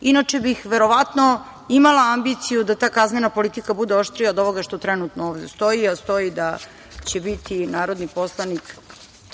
inače bih verovatno imala ambiciju da ta kaznena politika bude oštrija od ovoga što trenutno ovde stoji, a stoji da će biti narodni poslanik